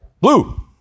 blue